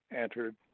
entered